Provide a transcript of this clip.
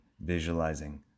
visualizing